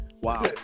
wow